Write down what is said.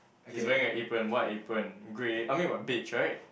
he's wearing a apron white apron grey I mean b~ beige right